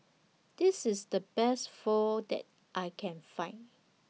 This IS The Best Pho that I Can Find